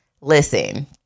listen